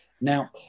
Now